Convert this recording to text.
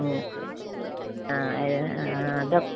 ആ അതോ